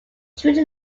truly